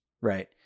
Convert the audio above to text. right